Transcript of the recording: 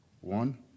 One